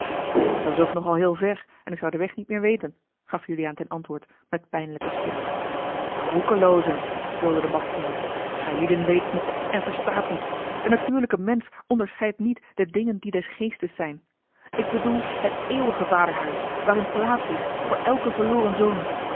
gaf dat's ook nogal heel ver en ik zou den weg niet meer weten gaf juliaan ten antwoord met pijnlijken spot roekeloozen bulderde bastiaan gijlieden weet niets en verstaat niets de natuurlijke mensch onderscheidt niet de dingen die des geestes zijn ik bedoel het eeuwige vaderhuis waarin plaats is voor elken verloren zoon